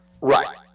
Right